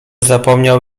zapomniał